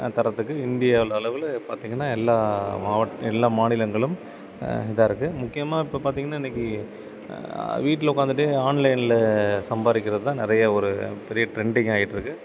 தரத்துக்கு இந்திய அளவில் பார்த்திங்கன்னா எல்லாம் மாவட்ட எல்லாம் மாநிலங்களும் இதாக இருக்குது முக்கியமாக இப்போ பார்த்திங்கன்னா இன்றைக்கி வீட்டில் உட்கார்ந்துட்டே ஆன்லைனில் சம்பாதிக்கிறது தான் நிறையா ஒரு பெரிய ட்ரென்டிங் ஆகிட்டு இருக்குது